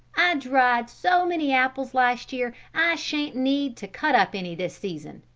dried so many apples last year i shan't need to cut up any this season.